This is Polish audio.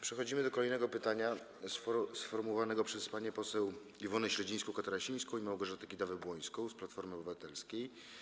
Przechodzimy do kolejnego pytania, sformułowanego przez panie poseł Iwonę Śledzińską-Katarasińską i Małgorzatę Kidawę-Błońską z Platformy Obywatelskiej.